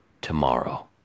tomorrow